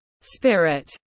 spirit